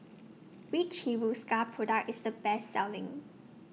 Which Hiruscar Product IS The Best Selling